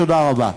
תודה רבה.